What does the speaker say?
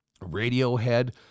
Radiohead